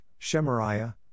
Shemariah